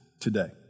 today